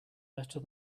better